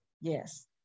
Yes